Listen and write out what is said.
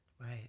Right